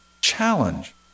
Challenge